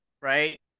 right